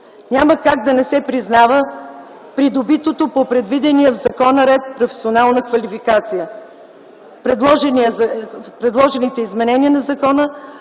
Няма как да не се признава придобитата по предвидения в закона ред професионална квалификация. С предложените изменения на закона